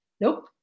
Nope